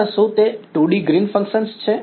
વિદ્યાર્થી સર શું તે 2D ગ્રીન્સ ફંક્શન છે